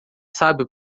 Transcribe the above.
sabe